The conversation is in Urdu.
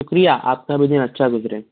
شُکریہ آپ کا بھی دِن اچھا گُزرے